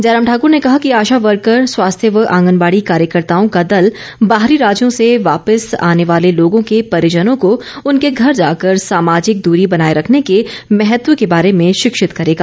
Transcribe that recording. जयराम ठाकर ने कहा कि आशा वर्कर स्वास्थ्य व आंगनबाड़ी कार्यकर्ताओं का दल बाहरी राज्यों से वापिस आने वाले लोगों के परिजनों को उनके घर जाकर सामाजिक दूरी बनाए रखने के महत्व के बारे में शिक्षित करेगा